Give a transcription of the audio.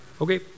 okay